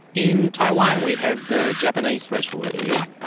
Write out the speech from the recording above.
in taiwan we have the japanese freshwater eel,